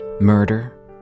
Murder